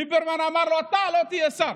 ליברמן אמר לו: אתה לא תהיה שר.